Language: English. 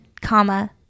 comma